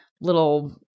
little